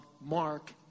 Mark